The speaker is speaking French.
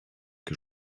que